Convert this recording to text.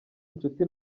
inshuti